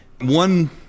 One